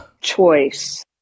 choice